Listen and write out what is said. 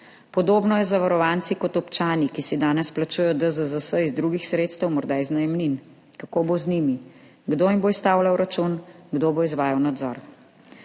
Podobno je z zavarovanci kot občani, ki si danes plačujejo DZZ iz drugih sredstev, morda iz najemnin. Kako bo z njimi? Kdo jim bo izstavljal račun? Kdo bo izvajal nadzor?